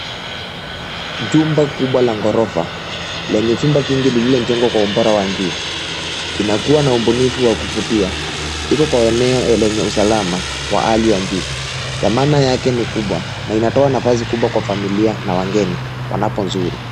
Chumba kubwa la ghorofa lenye vyumba vingi lililojengwa kwa ubora wa juu inakua na ubunifu wa kufutia iko kwa eneo lenye usalama wa Hali ya juu. Dhamana Yake Ni kubwa na inatoa nafasi kubwa kwa familia na wageni wanaposuru.